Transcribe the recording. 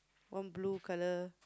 one blue colour